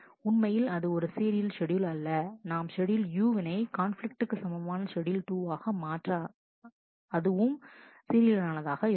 உண்மையில் அது ஒரு சீரியல் ஷெட்யூல் அல்ல நாம் ஷெட்யூல் U வினை கான்பிலிக்ட்டுக்கு சமமான ஷெட்யூல் 2 ஆக மாற்ற அதுவும் சீரியல் ஆனதாக இருக்கும்